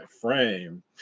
frame